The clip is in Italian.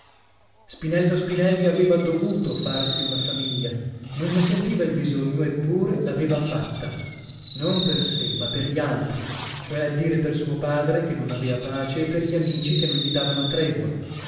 spinello spinelli aveva dovuto farsi una famiglia non ne sentiva il bisogno eppure l'aveva fatta non per sè ma per gli altri cioè a dire per suo padre che non avea pace e per gli amici che non gli davano tregua